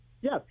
Yes